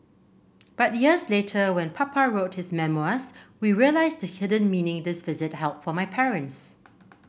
but years later when Papa wrote his memoirs we realised the hidden meaning this visit held for my parents